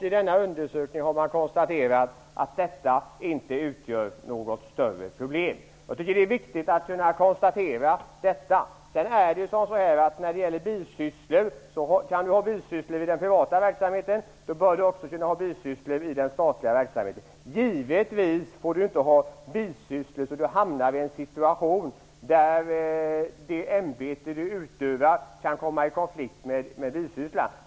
I denna undersökning har man konstaterat att bisysslor inte utgör något större problem. Det är viktigt att kunna konstatera det. Man kan ju ha bisysslor i den privata verksamheten, och då bör man också kunna ha bisysslor i den statliga verksamheten. Givetvis får man inte ha bisysslor så att man hamnar i en situation där det ämbete man utövar kan komma i konflikt med bisysslan.